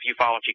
ufology